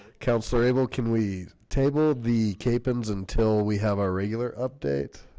councillor abel, can we tabled the cape ins until we have our regular update?